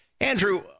Andrew